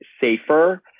safer